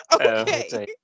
Okay